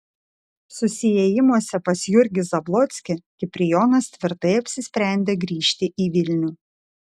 susiėjimuose pas jurgį zablockį kiprijonas tvirtai apsisprendė grįžti į vilnių